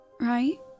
right